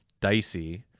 dicey